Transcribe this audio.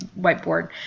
whiteboard